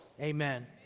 amen